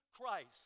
Christ